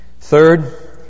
Third